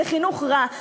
זה חינוך רע.